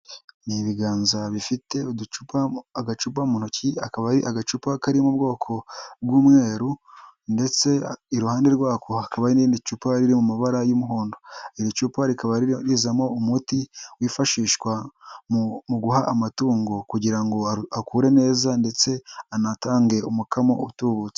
Ni ibiganza bifite agacupa mu ntoki, akaba ari agacupa kari mu bwoko bw'umweru, ndetse iruhande rwako hakaba n'irindi cupa riri mu mabara y'umuhondo. Iri cupa rikaba rizamo umuti wifashishwa mu guha amatungo, kugira ngo akure neza ndetse anatange umukamo utubutse.